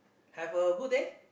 have a good day